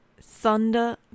Thunder